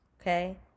Okay